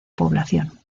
población